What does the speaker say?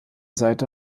seite